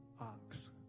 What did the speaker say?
ox